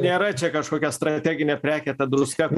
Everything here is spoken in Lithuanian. nėra čia kažkokia strateginė prekė ta druska